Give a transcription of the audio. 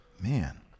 Man